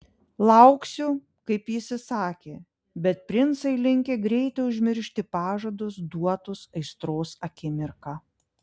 lauksiu kaip jis įsakė bet princai linkę greitai užmiršti pažadus duotus aistros akimirką